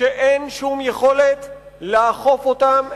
שאין שום יכולת לאכוף אותם,